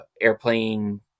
airplane